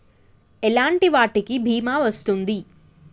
ఎలాంటి వాటికి బీమా వస్తుంది?